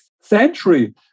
century